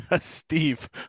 Steve